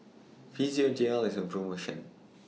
Physiogel IS on promotion